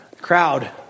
crowd